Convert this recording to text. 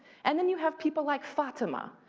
and then you have people like fatima,